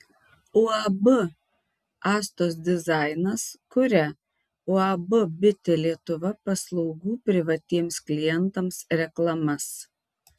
uab astos dizainas kuria uab bitė lietuva paslaugų privatiems klientams reklamas